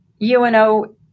UNO